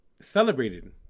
celebrated